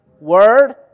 Word